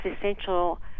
essential